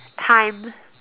time